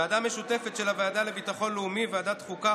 ועדה משותפת של הוועדה לביטחון לאומי וועדת החוקה,